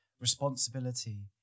responsibility